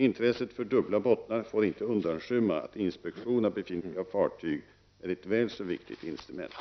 Intresset för dubbla bottnar får inte undanskymma att inspektion av befintliga fartyg är ett väl så viktigt instrument.